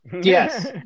yes